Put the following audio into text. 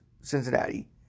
Cincinnati